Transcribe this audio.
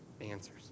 answers